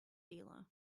dealer